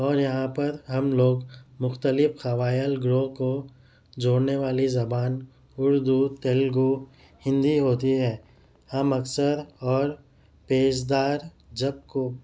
اور یہاں پر ہم لوگ مختلف قبائل گروہ کو جوڑنے والی زبان اردو تیلگو ہندی ہوتی ہے ہم اکثر اور جب کو